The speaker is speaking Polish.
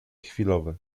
chwilowe